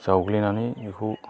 जावग्लिनानै बेखौ